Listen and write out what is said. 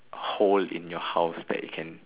a hole in your house that it can